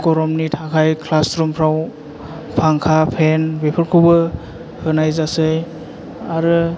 गरमनि थाखाय क्लास रुमफ्राव फांखा फेन बेफोरखौबो होनाय जासै आरो